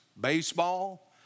baseball